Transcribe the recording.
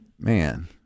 Man